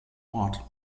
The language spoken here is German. ort